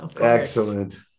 excellent